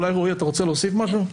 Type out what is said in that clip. רועי, אתה רוצה להוסיף משהו?